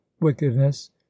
wickedness